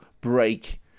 break